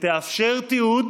שתאפשר תיעוד